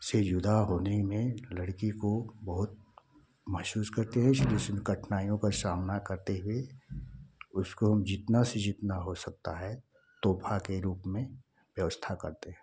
से जुदा होने में लड़की को बहुत महसूस करते हैं इसीलिए उन्हें कठिनाइयों का सामना करते हुए उसको हम जितना से जितना हो सकता है तोहफा के रूप में व्यवस्था करते है